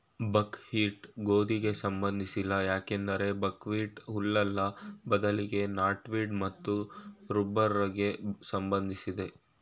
ಬಕ್ wheat ಗೋಧಿಗೆ ಸಂಬಂಧಿಸಿಲ್ಲ ಯಾಕಂದ್ರೆ ಬಕ್ಹ್ವೀಟ್ ಹುಲ್ಲಲ್ಲ ಬದ್ಲಾಗಿ ನಾಟ್ವೀಡ್ ಮತ್ತು ರೂಬಾರ್ಬೆಗೆ ಸಂಬಂಧಿಸಿದೆ